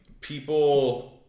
people